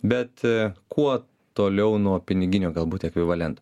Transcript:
bet kuo toliau nuo piniginio galbūt ekvivalento